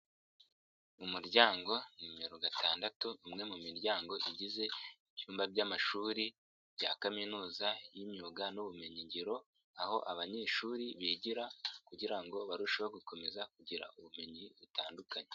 Umuryango nimero gatandatu, umwe mu miryango igize ibyumba by'amashuri bya kaminuza y'imyuga n'ubumenyingiro, aho abanyeshuri bigira kugira ngo barusheho gukomeza kugira ubumenyi butandukanye.